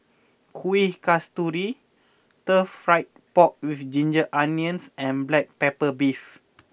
Kuih Kasturi Stir Fry Pork with Ginger Onions and Black Pepper Beef